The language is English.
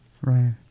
right